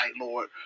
Lord